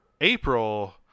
April